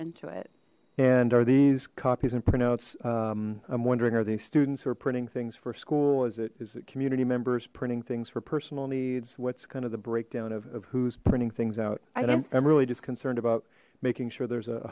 into it and are these copies and printouts i'm wondering are these students or printing things for school is it is the community members printing things for personal needs what's kind of the breakdown of whose printing things out and i'm really just concerned about making sure there's a